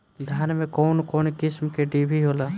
धान में कउन कउन किस्म के डिभी होला?